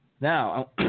Now